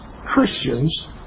Christians